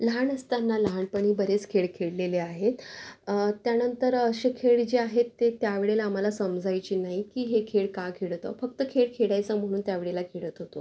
लहान असताना लहानपणी बरेच खेळ खेळलेले आहेत त्यानंतर असे खेळ जे आहेत ते त्या वेळेला आम्हाला समजायचे नाही की हे खेळ का खेळत आहो फक्त खेळ खेळायचं म्हणून त्या वेळेला खेळत होतो